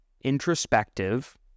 introspective